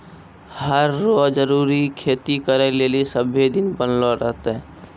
हर रो जरूरी खेती करै लेली सभ्भे दिन बनलो रहतै